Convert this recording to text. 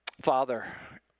Father